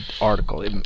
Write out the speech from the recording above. article